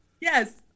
Yes